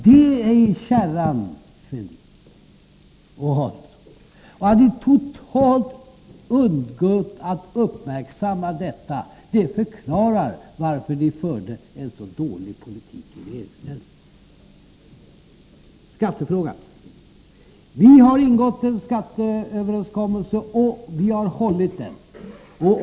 Det är kärnan, Thorbjörn Fälldin och Ulf Adelsohn. Att ni totalt undgått att uppmärksamma detta förklarar varför ni förde en sådan dålig politik i regeringsställning. Skattefrågan: Vi har ingått en skatteöverenskommelse, och vi har hållit den.